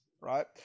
right